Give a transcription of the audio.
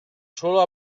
solo